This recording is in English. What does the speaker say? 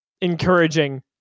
encouraging